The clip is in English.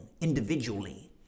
individually